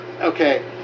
Okay